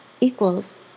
equals